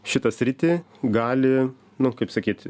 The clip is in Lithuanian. šitą sritį gali nu kaip sakyti